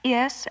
Yes